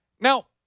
Now